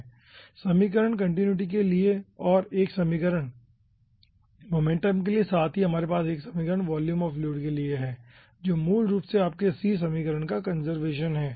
1 समीकरण कंटीन्यूटी के लिए और 1 समीकरण मोमेंटम के लिए और इसके साथ ही हमारे पास 1 समीकरण वॉल्यूम ऑफ़ फ्लूइड के लिए हैं जो मूल रूप से आपके c समीकरण का कंजर्वेशन है